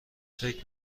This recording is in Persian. فکر